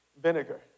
Vinegar